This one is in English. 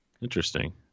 Interesting